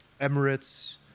Emirates